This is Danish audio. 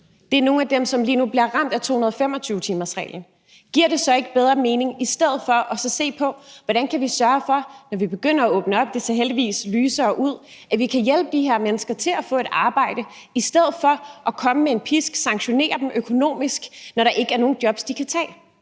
det er nogle af dem, der lige nu bliver ramt af 225-timersreglen. Giver det så ikke bedre mening i stedet for at se på, hvordan vi, når vi begynder at åbne op – det ser heldigvis lysere ud – kan sørge for, at vi kan hjælpe de her mennesker til at få et arbejde i stedet for at komme med en pisk og sanktionere dem økonomisk, når der ikke er nogen jobs, de kan tage?